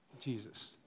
Jesus